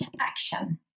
action